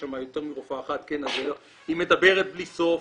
שם יש יותר מרופאה אחת: היא מדברת בלי סוף,